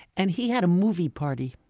and he had a movie party.